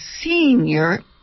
senior